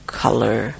color